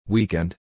Weekend